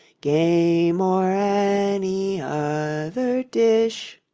game, or any other dish?